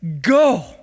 Go